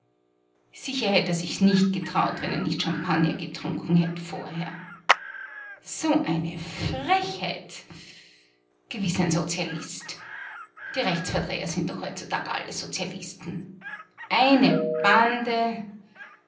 sicher hätt er sich's nicht getraut wenn er nicht champagner getrunken hätt vorher so eine frechheit gewiß ein sozialist die rechtsverdreher sind doch heutzutag alle sozialisten eine bande